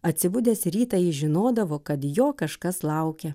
atsibudęs rytą jis žinodavo kad jo kažkas laukia